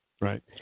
Right